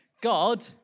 God